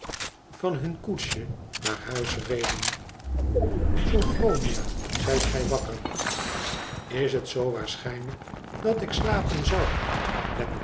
van hun koetsje naar huis reden isophronia zijt gij wakker is het zoo waarschijnlijk dat ik slapen zou